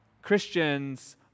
Christians